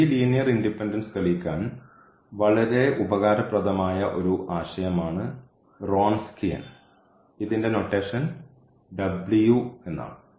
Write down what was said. ഈ linear independence തെളിയിക്കാൻ വളരെ ഉപകാരപ്രദമായ ഒരു ആശയം ആണ് വ്രോൺസ്കിയൻ ഇതിൻറെ നൊട്ടേഷൻ ആണ്